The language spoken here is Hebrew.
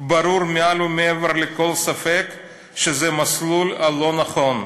ברור מעל ומעבר לכל ספק שזה המסלול הלא-נכון.